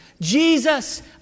Jesus